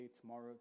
tomorrow